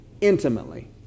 intimately